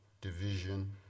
division